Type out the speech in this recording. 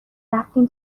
رفتیم